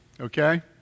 Okay